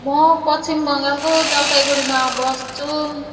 म पश्चिम बङ्गालको जलपाइगुडीमा बस्छु